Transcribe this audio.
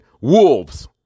wolves